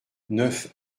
neuf